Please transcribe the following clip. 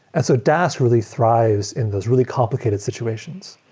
and so dask really thrives in those really complicated situation.